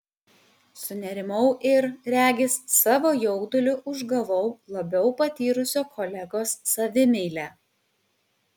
sunerimau ir regis savo jauduliu užgavau labiau patyrusio kolegos savimeilę